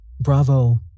Bravo